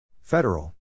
Federal